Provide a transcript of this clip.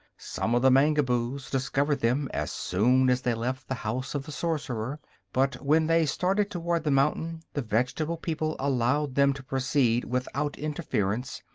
some of the mangaboos discovered them as soon as they left the house of the sorcerer but when they started toward the mountain the vegetable people allowed them to proceed without interference,